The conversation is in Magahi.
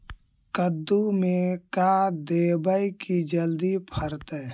कददु मे का देबै की जल्दी फरतै?